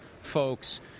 folks